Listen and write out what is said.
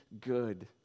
good